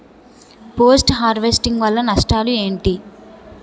Post harvesting వల్ల నష్టాలు ఏంటి?